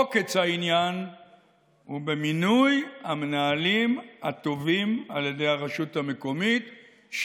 עוקץ העניין הוא במינוי המנהלים הטובים על ידי הרשות המקומית,